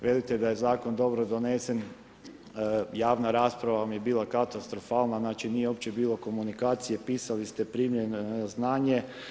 Velite da je zakon dobro donesen, javna rasprava vam je bila katastrofalna znači nije uopće bilo komunikacije, pisali ste primljeno na znanje.